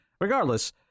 regardless